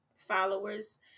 followers